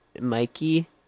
Mikey